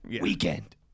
Weekend